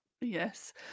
Yes